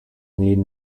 need